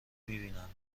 میبینند